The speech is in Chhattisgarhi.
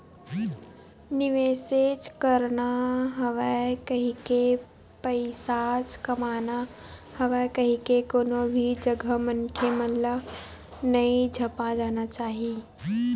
निवेसेच करना हवय कहिके, पइसाच कमाना हवय कहिके कोनो भी जघा मनखे मन ल नइ झपा जाना चाही